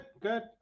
good